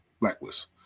Blacklist